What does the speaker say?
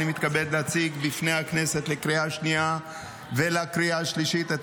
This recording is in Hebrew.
אני מתכבד להציג בפני הכנסת לקריאה שנייה ולקריאה השלישית את